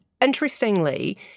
interestingly